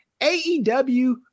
AEW